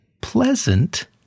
pleasant